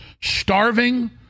starving